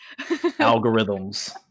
algorithms